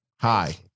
hi